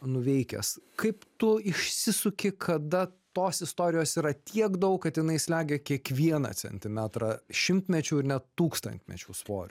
nuveikęs kaip tu išsisuki kada tos istorijos yra tiek daug kad jinai slegia kiekvieną centimetrą šimtmečių ir net tūkstantmečių svorių